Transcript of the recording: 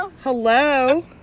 Hello